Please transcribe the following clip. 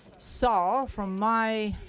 so from my